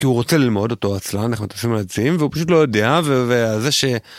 כי הוא רוצה ללמוד אותו אצלנו, אנחנו מטפסים על עצים והוא פשוט לא יודע.